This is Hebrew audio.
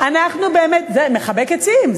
אנחנו באמת, מה זה מחבקי עצים?